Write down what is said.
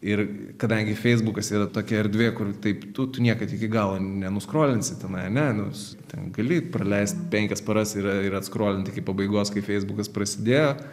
ir kadangi feisbukas yra tokia erdvė kur taip tu tu niekad iki galo nenuskolinsi tenai ne nu ten gali praleist penkias paras yra ir atskrolint kaip pabaigos kaip feisbukas prasidėjo